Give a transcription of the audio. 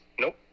Nope